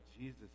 Jesus